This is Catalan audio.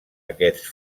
aquests